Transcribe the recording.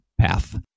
path